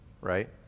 Right